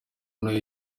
nawe